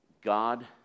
God